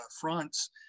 fronts